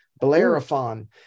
Bellerophon